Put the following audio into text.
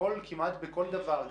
כמעט בכל דבר,